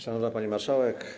Szanowna Pani Marszałek!